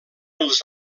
els